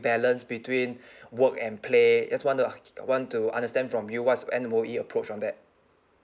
balance between work and play just want to want to understand from you what's M_O_E approach on that